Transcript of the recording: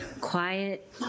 quiet